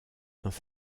dans